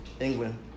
England